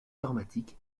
aromatique